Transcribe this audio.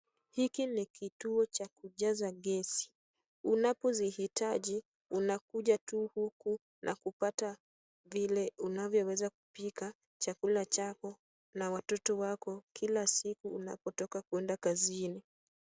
Hiki ni kituo cha kujaza gesi, unapozihitaji unakuja tu huku na kupata vile unavyoweza kupika chakula chako na watoto wako kila siku unapotoka kwenda kazini.